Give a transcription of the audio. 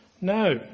No